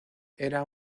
era